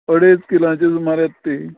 अडेज किलांची सुमार येत ती